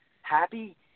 happy